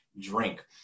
drink